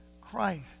Christ